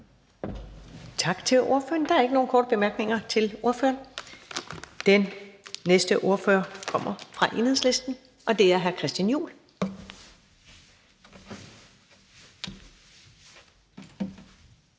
Tak til ordføreren. Der er ikke nogen korte bemærkninger til ordføreren. Den næste ordfører kommer fra Enhedslisten, og det er hr. Christian Juhl.